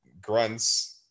grunts